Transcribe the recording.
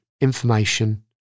information